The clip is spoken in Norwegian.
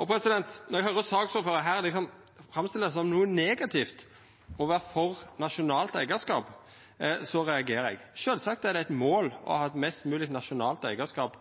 Når eg høyrer saksordføraren her liksom framstilla det som noko negativt å vera for nasjonalt eigarskap, så reagerer eg. Sjølvsagt er det eit mål å ha eit mest mogleg nasjonalt eigarskap